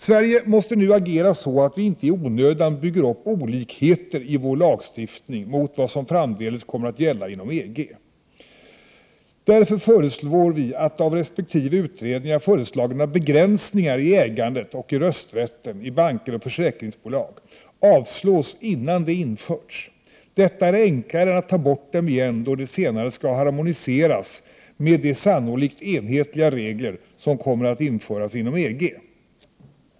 Sverige måste nu agera så att vi inte i onödan bygger upp olikheter i vår lagstiftning mot vad som framdeles kommer att gälla inom EG. Därför föreslår vi att av resp. utredningar föreslagna begränsningar i ägandet och i rösträtten i banker och försäkringsbolag avslås innan de införts. Detta är enklare än att ta bort dem igen då de senare skall ”harmoniseras” med de sannolikt enhetliga regler som kommer att införas inom EG.